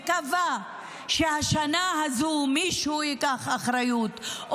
מקווה שהשנה הזו מישהו ייקח אחריות.